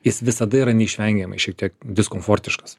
jis visada yra neišvengiamai šiek tiek diskomfortiškas